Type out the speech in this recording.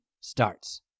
starts